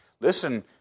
listen